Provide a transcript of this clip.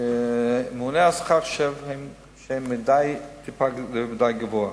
הממונה על השכר חושב שהם מקבלים שכר קצת גבוה.